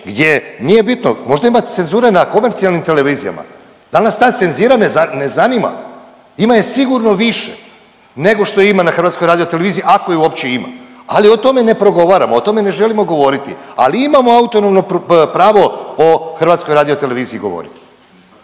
gdje nije bitno, možda ima cenzure na komercijalnim televizijama, da l' nas ta cenzira na zanima? Ima je sigurno više nego što je ima na HRT-u, ako je uopće ima. Ali o tome ne progovaramo, o tome ne želimo govoriti, ali imamo autonomno pravo o HRT-u govoriti.